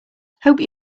hope